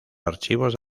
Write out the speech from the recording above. archivos